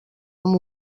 amb